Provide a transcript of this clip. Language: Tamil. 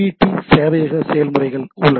டி சேவையக செயல்முறைகள் உள்ளன